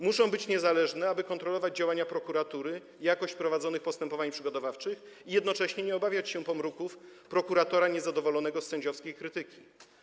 Muszą być niezależne, aby kontrolować działania prokuratury, jakość prowadzonych postępowań przygotowawczych i jednocześnie nie obawiać się pomruków prokuratora niezadowolonego z sędziowskiej krytyki.